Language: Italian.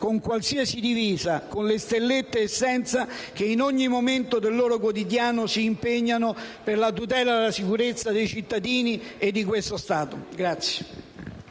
con qualsiasi divisa, con le stellette e senza, che in ogni momento del loro quotidiano si impegnano al fine di garantire la tutela della sicurezza dei cittadini e di questo Stato.